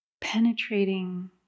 penetrating